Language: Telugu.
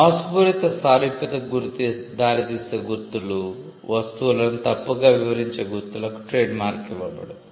మోసపూరిత సారూప్యతకు దారితీసే గుర్తులు వస్తువులను తప్పుగా వివరించే గుర్తులకు ట్రేడ్మార్క్ ఇవ్వబడదు